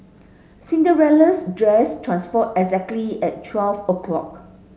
Cinderella's dress transformed exactly at twelve o'clock